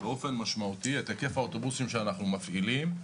באופן משמעותי את היקף האוטובוסים שאנחנו מפעילים.